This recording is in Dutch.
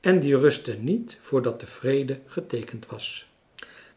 en die rustte niet voordat de vrede geteekend was